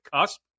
cusp